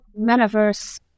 metaverse